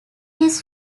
his